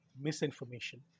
misinformation